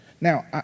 Now